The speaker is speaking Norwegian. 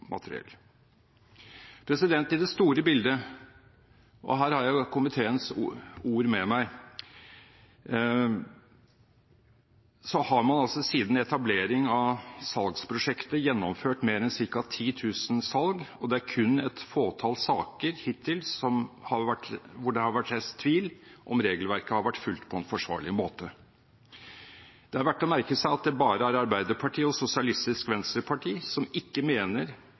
materiell. I det store bildet – og her har jeg komiteens ord med meg – har man altså siden etablering av salgsprosjektet gjennomført mer enn ca. 10 000 salg. Det er kun et fåtall saker hittil hvor det har vært reist tvil om hvorvidt regelverket har vært fulgt på en forsvarlig måte. Det er verdt å merke seg at det bare er Arbeiderpartiet og Sosialistisk Venstreparti som ikke mener